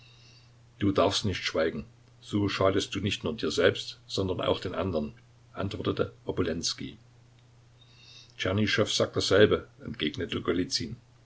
du darfst nicht schweigen so schadest du nicht nur dir selbst sondern auch den andern antwortete obolenskij tschernyschow sagt dasselbe entgegnete